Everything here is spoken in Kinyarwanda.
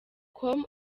com